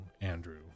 Andrew